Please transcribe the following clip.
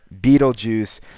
Beetlejuice